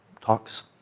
talks